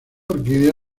orquídea